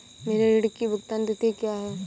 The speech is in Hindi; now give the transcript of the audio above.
मेरे ऋण की भुगतान तिथि क्या है?